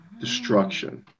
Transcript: Destruction